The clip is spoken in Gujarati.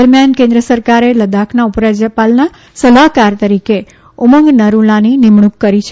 દરમિયાન કેન્દ્ર સરકારે લદાખના ઉપરાજ્યપાલના સલાહકાહ તરીરે ઉમંગ નરૂલાની નિમણૂક કરી છે